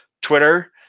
Twitter